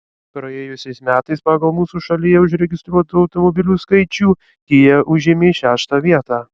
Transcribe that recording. praėjusiais metais pagal mūsų šalyje užregistruotų automobilių skaičių kia užėmė šeštą vietą